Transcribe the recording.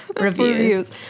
reviews